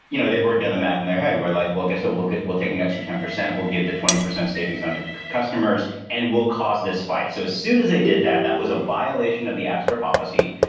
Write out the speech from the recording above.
you know, they were doing the math in their head. we're like, well, guess what? we'll we'll take an extra ten percent. we'll give the twenty percent savings on to customers and will cause this fight. so as soon as they did that, that was a violation of the app store policy.